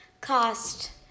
cost